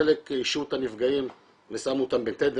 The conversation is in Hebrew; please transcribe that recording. חלק השאירו את הנפגעים ושמו אותם בטנדר